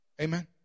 Amen